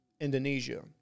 indonesia